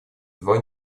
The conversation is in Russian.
два